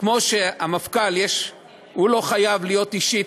כמו שהמפכ"ל לא חייב להיות אישית,